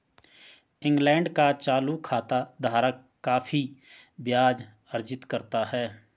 England का चालू खाता धारक काफी ब्याज अर्जित करता है